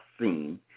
seen